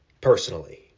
personally